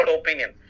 opinion